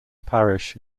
parish